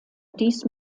dies